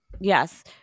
Yes